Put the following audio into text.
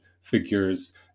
figures